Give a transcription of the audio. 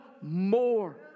more